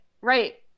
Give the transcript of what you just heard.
right